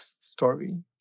story